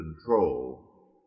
control